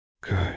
Good